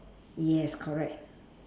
yes correct